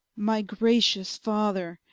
my gracious father,